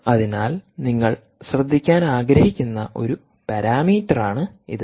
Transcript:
അതിനാൽ നിങ്ങൾ ശ്രദ്ധിക്കാൻ ആഗ്രഹിക്കുന്ന ഒരു പാരാമീറ്ററാണ് ഇത്